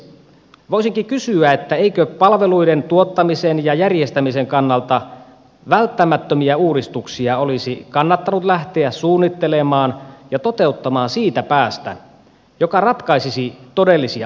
voisinkin kysyä eikö palveluiden tuottamisen ja järjestämisen kannalta välttämättömiä uudistuksia olisi kannattanut lähteä suunnittelemaan ja toteuttamaan siitä päästä joka ratkaisisi todellisia ongelmia